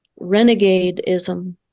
renegadeism